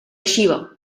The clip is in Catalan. xiva